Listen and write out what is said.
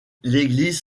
l’église